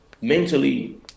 mentally